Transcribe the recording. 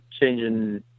changing